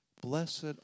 blessed